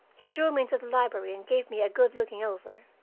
he drew me into the library and gave me a good looking over.